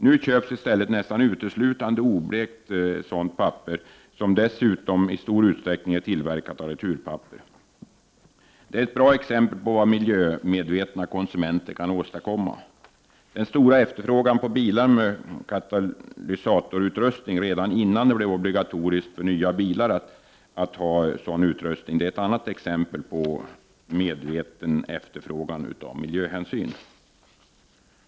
Nu köps i stället nästan uteslutande oblekt sådant papper, som dessutom i stor utsträckning är tillverkat av returpapper. Det är ett bra exempel på vad miljömedvetna konsumenter kan åstadkomma. Den stora efterfrågan på bilar med katalysatorutrustning, redan innan det blev obligatoriskt för nya bilar att ha sådan utrustning, är ett annat exempel på medveten efterfrågan av miljöhänsyn.